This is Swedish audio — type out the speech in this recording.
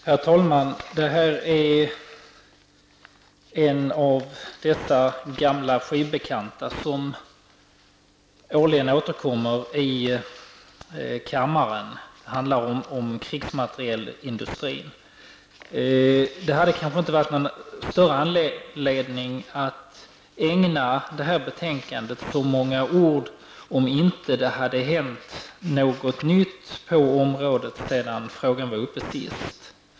Herr talman! Detta är en av dessa gamla skivbekanta som årligen återkommer i kammaren. Det handlar om krigsmaterielindustrin. Det hade kanske inte varit någon större anledning att ägna detta betänkande så många ord, om det inte hade hänt något nytt på området sedan frågan var uppe senast.